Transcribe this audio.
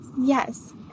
Yes